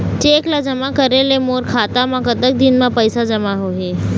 Cheque ला जमा करे ले मोर खाता मा कतक दिन मा पैसा जमा होही?